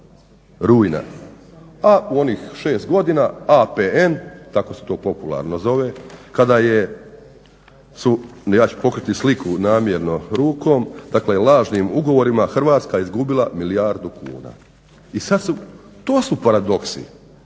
a onih šest godina APN, tako se to popularno zove, kada su, ja ću pokriti sliku namjerno rukom, dakle lažnim ugovorima Hrvatska izgubila milijardu kuna. To su paradoksi,